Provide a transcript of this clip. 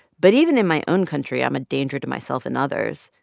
but even in my own country, i'm a danger to myself and others.